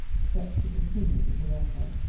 except to continue to caress her.